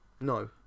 No